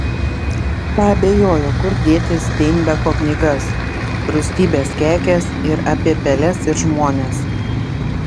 paabejojo kur dėti steinbeko knygas rūstybės kekės ir apie peles ir žmones